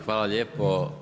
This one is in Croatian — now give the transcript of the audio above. Hvala lijepo.